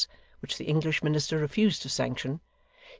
which the english minister refused to sanction,